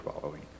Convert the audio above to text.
following